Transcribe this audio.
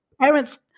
parents